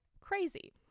crazy